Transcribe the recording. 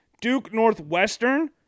Duke-Northwestern